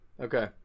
Okay